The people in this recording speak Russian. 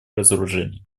разоружения